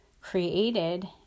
created